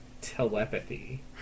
telepathy